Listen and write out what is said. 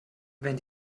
wenn